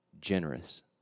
generous